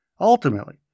Ultimately